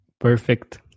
Perfect